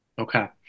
Okay